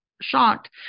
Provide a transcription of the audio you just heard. shocked